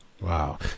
wow